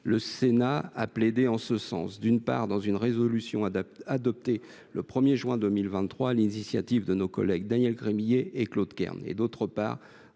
le Sénat a plaidé en ce sens, d’une part, dans une résolution adoptée le 1 juin 2023 sur l’initiative de nos collègues Daniel Gremillet et Claude Kern et, d’autre part,